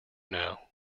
now